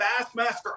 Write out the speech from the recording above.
Bassmaster